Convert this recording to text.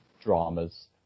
dramas